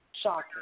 shocking